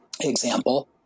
example